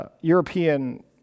European